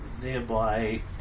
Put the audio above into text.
thereby